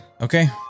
okay